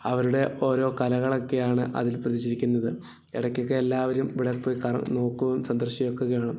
അവരുടെ ഓരോ കലകളൊക്കെയാണ് അതില് പതിച്ചിരിക്കുന്നത് ഇടയ്കൊക്കെ എല്ലാവരും ഇവിടെപ്പോയി നോക്കുകയും സന്ദര്ശിക്കുകയൊക്കെ ചെയ്യണം